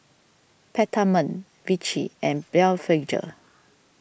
Peptamen Vichy and Blephagel